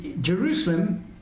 Jerusalem